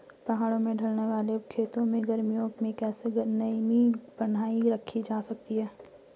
पहाड़ों में ढलान वाले खेतों में गर्मियों में कैसे नमी बनायी रखी जा सकती है?